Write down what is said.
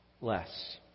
less